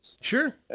Sure